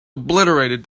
obliterated